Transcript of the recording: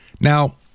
Now